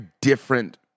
different